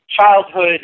childhood